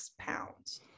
pounds